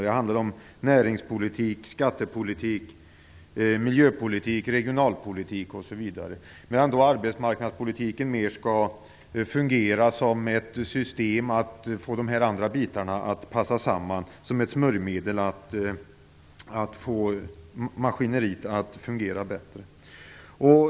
Det handlar om näringspolitik, skattepolitik, miljöpolitik, regionalpolitik osv., medan arbetsmarknadspolitiken mer skall fungera som ett system för att få de andra bitarna att passa samman, som ett smörjmedel för att få maskineriet att fungera bättre.